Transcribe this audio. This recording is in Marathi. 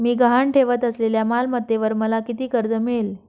मी गहाण ठेवत असलेल्या मालमत्तेवर मला किती कर्ज मिळेल?